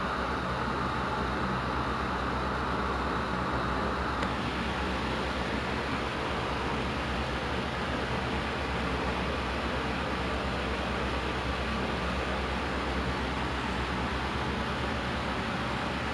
that biskut ada banyak kenangan lah with my datuk so I used the biskut as the background of the painting then uh for the forefront of the painting like I put uh my sofa all like from the living room